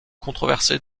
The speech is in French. controversé